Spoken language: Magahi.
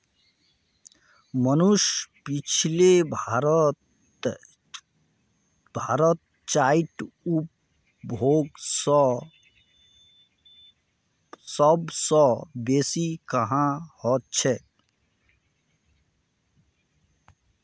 मनीष पुछले भारतत चाईर उपभोग सब स बेसी कुहां ह छेक